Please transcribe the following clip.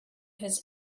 his